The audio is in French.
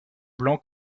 blanc